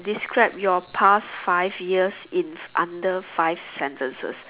describe your past five years in under five sentences